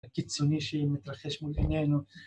הקיצוני שמתרחש מול עינינו